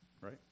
Right